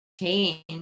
change